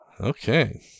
Okay